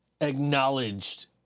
acknowledged